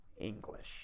English